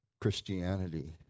Christianity